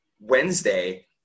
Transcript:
Wednesday